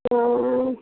हँ